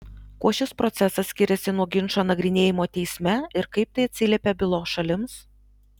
kuo šis procesas skiriasi nuo ginčo nagrinėjimo teisme ir kaip tai atsiliepia bylos šalims